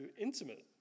intimate